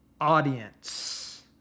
audience